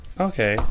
Okay